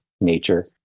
nature